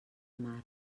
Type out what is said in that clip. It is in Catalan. mar